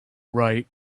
right